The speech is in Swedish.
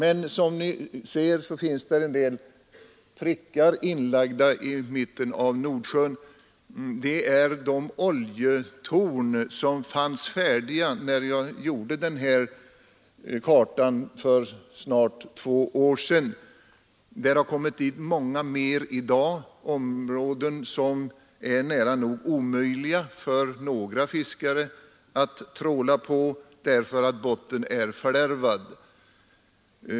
På kartan finns emellertid en del prickar inlagda i mitten av Nordsjön — det är de oljetorn som fanns färdiga när jag gjorde den här kartan för snart två år sedan. I dag finns där många fler. Det är områden som är nära nog omöjliga för några fiskare att tråla i därför att bottnen är fördärvad.